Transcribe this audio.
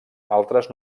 altres